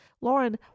lauren